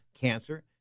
cancer